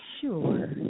Sure